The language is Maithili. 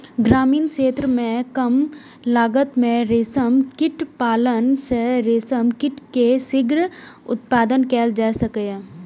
ग्रामीण क्षेत्र मे कम लागत मे रेशम कीट पालन सं रेशम कीट के शीघ्र उत्पादन कैल जा सकैए